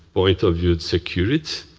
point of view of security,